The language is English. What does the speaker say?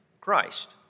Christ